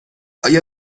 آیا